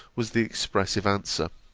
was the expressive answer.